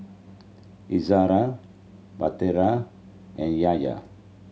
Izzara and Yahaya